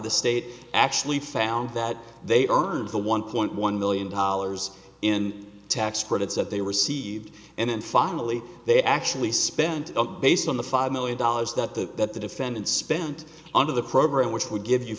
they actually found that they earned the one point one million dollars in tax credits that they received and then finally they actually spent based on the five million dollars that the that the defendant spent on of the program which would give you